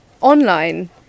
Online